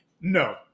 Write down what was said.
No